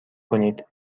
کنید